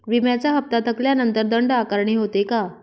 विम्याचा हफ्ता थकल्यानंतर दंड आकारणी होते का?